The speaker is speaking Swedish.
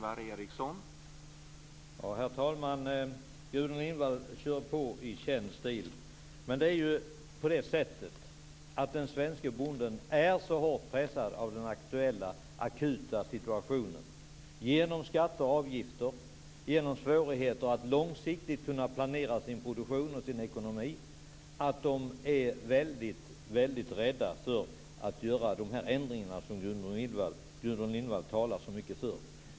Herr talman! Gudrun Lindvall kör på i känd stil. Men det är ju på det sättet att den svenske bonden är så hårt pressad av den aktuella akuta situationen genom skatter och avgifter och genom svårigheter att långsiktigt kunna planera sin produktion och sin ekonomi att han är väldigt rädd för att göra de ändringar som Gudrun Lindvall talar så mycket för.